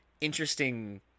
interesting